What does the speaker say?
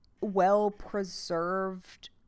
well-preserved